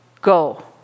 Go